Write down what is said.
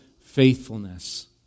faithfulness